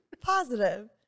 positive